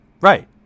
Right